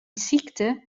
sykte